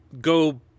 go